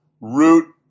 root